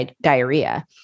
diarrhea